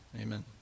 Amen